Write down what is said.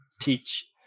teach